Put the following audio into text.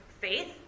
faith